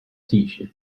teach